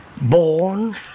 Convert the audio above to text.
born